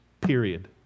period